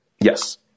Yes